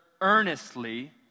earnestly